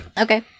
Okay